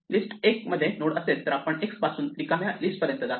लिस्टमध्ये 1 नोड असेल तर आपण x पासून रिकाम्या लिस्ट पर्यंत जातो